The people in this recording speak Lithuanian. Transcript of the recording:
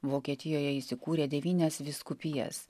vokietijoje jis įkūrė devynias vyskupijas